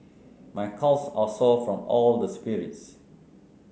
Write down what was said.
my calves are sore from all the sprints